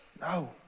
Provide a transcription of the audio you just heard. no